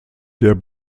der